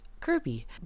Kirby